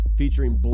featuring